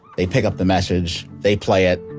they pick up the message, they play it.